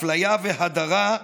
אפליה והדרה,